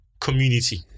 community